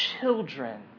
children